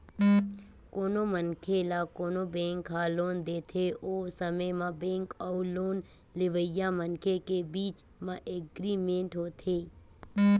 कोनो मनखे ल कोनो बेंक ह लोन देथे ओ समे म बेंक अउ लोन लेवइया मनखे के बीच म एग्रीमेंट होथे